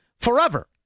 forever